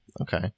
Okay